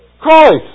Christ